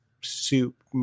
soup